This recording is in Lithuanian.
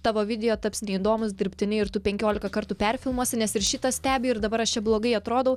tavo video taps neįdomūs dirbtiniai ir tu penkiolika kartų perfilmuosi nes ir šitas stebi ir dabar aš čia blogai atrodau